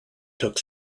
took